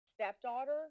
stepdaughter